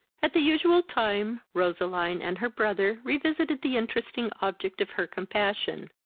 at the usual time roseline and her brother revisited the interesting object of her compassion.